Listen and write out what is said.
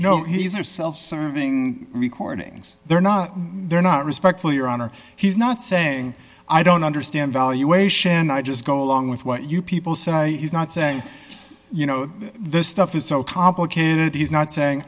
know he's are self serving recordings they're not they're not respectful your honor he's not saying i don't understand valuation i just go along with what you people say he's not saying you know this stuff is so complicated he's not saying